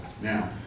Now